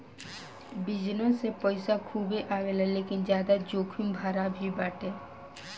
business से पईसा खूबे आवेला लेकिन ज्यादा जोखिम भरा भी बाटे